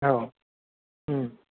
औ